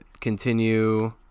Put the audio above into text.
Continue